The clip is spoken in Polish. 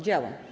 Działa.